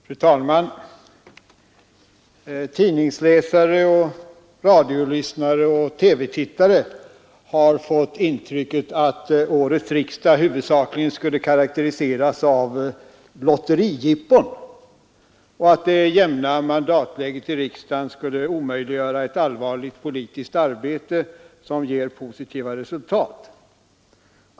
Fru talman! Tidningsläsare, radiolyssnare och TV-tittare har fått intrycket att årets riksdag huvudsakligen karakteriseras av lotterijippon och att det jämna mandatläget skulle omöjliggöra ett allvarligt politiskt arbete som ger positiva resultat.